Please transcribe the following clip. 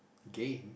game